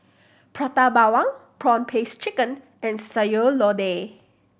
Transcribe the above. Prata Bawang prawn paste chicken and Sayur Lodeh